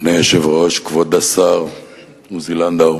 אדוני היושב-ראש, כבוד השר עוזי לנדאו,